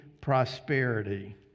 prosperity